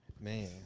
Man